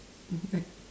mm o~